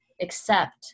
accept